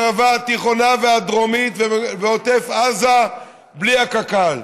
בערבה התיכונה והדרומית ובעוטף עזה בלי קק"ל.